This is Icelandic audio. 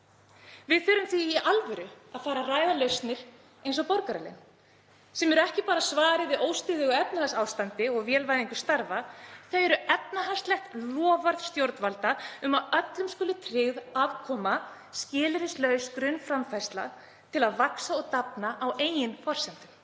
Við þurfum því í alvöru að fara að ræða lausnir eins og borgaralaun, sem eru ekki bara svarið við óstöðugu efnahagsástandi og vélvæðingu starfa, heldur efnahagslegt loforð stjórnvalda um að öllum skuli tryggð afkoma, skilyrðislaus grunnframfærsla, til að vaxa og dafna á eigin forsendum.